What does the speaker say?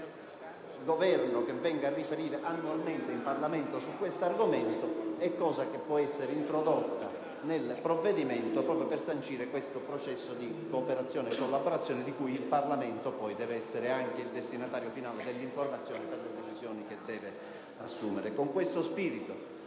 il Governo venga a riferire annualmente in Parlamento, è una misura che può essere introdotta nel provvedimento proprio per sancire questo processo di cooperazione e collaborazione considerato che il Parlamento deve poi essere il destinatario finale delle informazioni per le decisioni che deve assumere. Con questo spirito